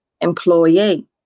employee